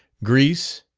greece,